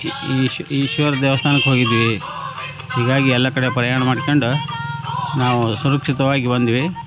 ಈ ಈಶ ಈಶ್ವರ ದೇವಸ್ಥಾನಕ್ಕೆ ಹೋಗಿದ್ವಿ ಹೀಗಾಗಿ ಎಲ್ಲ ಕಡೆ ಪ್ರಯಾಣ ಮಾಡ್ಕಂಡು ನಾವು ಸುರಕ್ಷಿತವಾಗಿ ಬಂದ್ವಿ